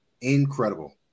Incredible